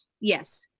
Yes